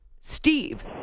Steve